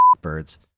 Birds